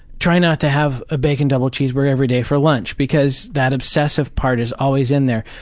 try not to have a bacon double cheeseburger every day for lunch. because that obsessive part is always in there.